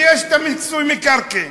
ויש את מיסוי מקרקעין.